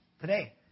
today